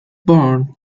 born